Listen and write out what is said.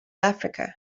africa